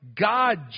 God